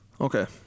Okay